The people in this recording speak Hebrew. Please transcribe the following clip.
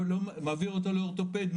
מעביר אותו לאורתופד,